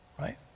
right